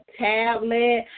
tablet